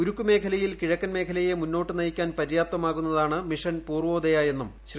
ഉരുക്കു മേഖലയിൽ കിഴക്കൻ മേഖലയെ മുന്നോട്ടു നയിക്കാൻ പര്യാപ്തമാകുന്നതാണ് മിഷൻ പൂർവോദയ എന്നും ശ്രീ